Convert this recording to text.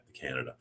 Canada